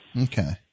Okay